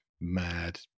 mad